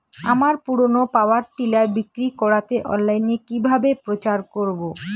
আমার পুরনো power tiller বিক্রি করাতে অনলাইনে কিভাবে প্রচার করব?